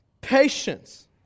patience